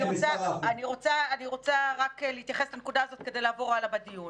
אני רוצה להתייחס לנקודה הזאת כדי לעבור הלאה בדיון